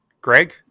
Greg